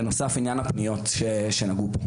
בנוסף עניין הפניות שנגעו פה.